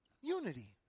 Unity